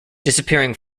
disappearing